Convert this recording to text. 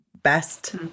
best